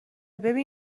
ببین